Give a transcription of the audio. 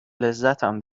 لذتم